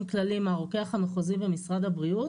כללי מהרוקח המחוזי במשרד הבריאות,